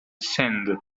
sand